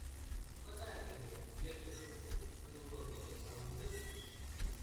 arba dar geriau vietoj šukų panaudokite savo pirštus